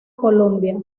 colombia